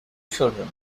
children